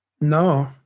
No